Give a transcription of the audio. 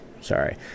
sorry